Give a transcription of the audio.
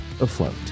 afloat